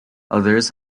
others